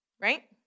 Right